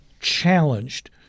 challenged